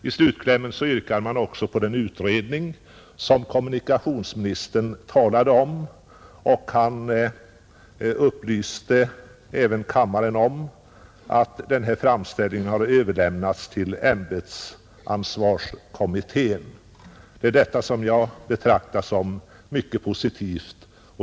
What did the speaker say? I slutklämmen yrkar man också på att den utredning verkställes som kommunikationsministern talade om. Han upplyste även kammaren om att denna framställning hade överlämnats till ämbetsansvarskommittén. Jag betraktar detta som någonting mycket positivt.